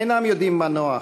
אינם יודעים מנוח.